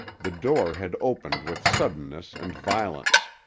the door had opened with suddenness and violence.